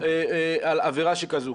על עבירה שכזו?